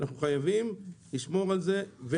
אנחנו חייבים לשמור על זה.